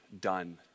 done